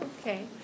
Okay